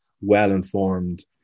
well-informed